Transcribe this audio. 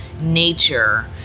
nature